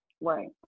Right